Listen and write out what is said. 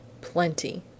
Plenty